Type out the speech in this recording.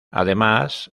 además